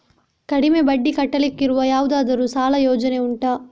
ಕಡಿಮೆ ಬಡ್ಡಿ ಕಟ್ಟಲಿಕ್ಕಿರುವ ಯಾವುದಾದರೂ ಸಾಲ ಯೋಜನೆ ಉಂಟಾ